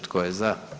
Tko je za?